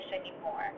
anymore